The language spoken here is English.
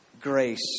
Grace